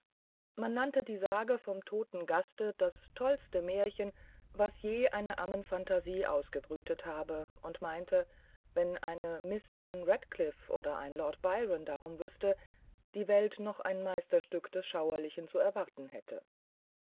man nannte die sage vom toten gaste das tollste märchen was je eine ammenphantasie ausgebrütet habe und meinte wenn eine miß anna radcliffe oder ein lord byron darum wüßten die welt noch ein meisterstück des schauerlichen zu erwarten hätte